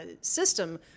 system